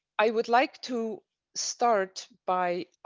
i would like to start by.